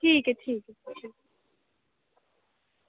ठीक ऐ ठीक ऐ